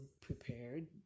prepared